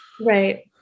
Right